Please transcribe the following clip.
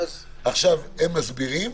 הם מסבירים